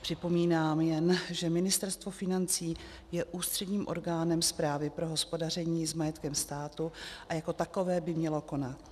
Připomínám jen, že Ministerstvo financí je ústředním orgánem správy pro hospodaření s majetkem státu a jako takové by mělo konat.